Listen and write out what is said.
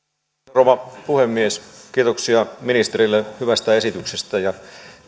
rouva puhemies kiitoksia ministerille hyvästä esityksestä